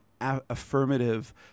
affirmative